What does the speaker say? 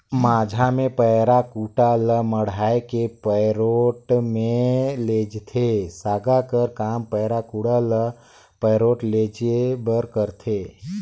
माझा मे पैरा कुढ़ा ल मढ़ाए के पैरोठ मे लेइजथे, सागा कर काम पैरा कुढ़ा ल पैरोठ लेइजे बर करथे